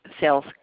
sales